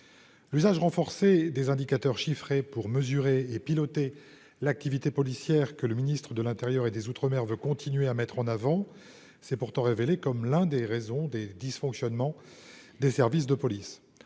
l'usage renforcé des indicateurs chiffrés pour mesurer et piloter l'activité policière que le Ministre de l'Intérieur et des Outre-mer veut continuer à mettre en avant, c'est pourtant révélé comme l'un des raisons des dysfonctionnements des services de police,